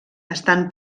estan